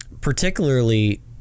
particularly